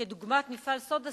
כדוגמת מפעל "סודה סטרים",